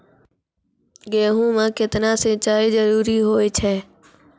गेहूँ म केतना सिंचाई जरूरी होय छै?